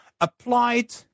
Applied